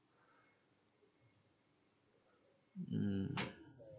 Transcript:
mm